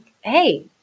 hey